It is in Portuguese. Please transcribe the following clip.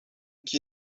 que